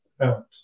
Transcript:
out